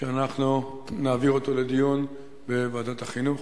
שאנחנו נעביר אותו לדיון בוועדת החינוך.